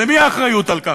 למי האחריות לכך?